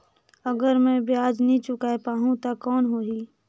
अगर मै ब्याज नी चुकाय पाहुं ता कौन हो ही?